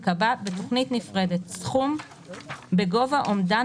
ייקבע בתכנית נפרדת סכום בגובה אומדן